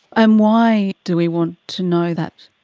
um why do we want to know that?